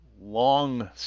long